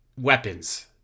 weapons